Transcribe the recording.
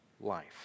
life